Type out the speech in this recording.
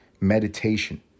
meditation